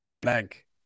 Blank